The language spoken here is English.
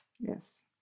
Yes